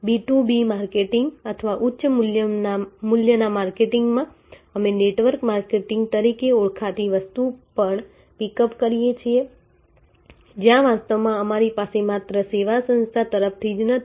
B2B marketing અથવા ઉચ્ચ મૂલ્યના માર્કેટિંગમાં અમે નેટવર્ક માર્કેટિંગ તરીકે ઓળખાતી વસ્તુ પણ પીકઅપ કરીએ છીએ જ્યાં વાસ્તવમાં આપણી પાસે માત્ર સેવા સંસ્થા તરફથી જ નથી